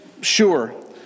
sure